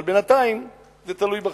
אבל בינתיים זה תלוי בכם.